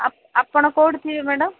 ଆପଣ କେଉଁଠି ଥିବେ ମ୍ୟାଡମ